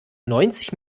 neunzig